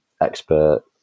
expert